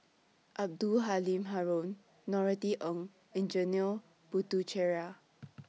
Abdul Halim Haron Norothy Ng and Janil Puthucheary